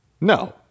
No